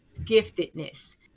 giftedness